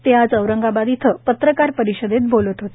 ते आज औरंगाबाद इथं पत्रकार परिषदेत बोलत होते